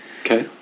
Okay